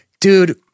dude